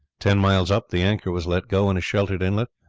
ten miles up the anchor was let go in a sheltered inlet,